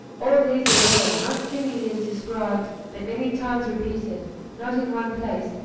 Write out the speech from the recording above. all these are there not singly, as described, but many times repeated not in one place,